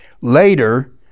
Later